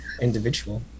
individual